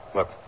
Look